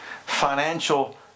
Financial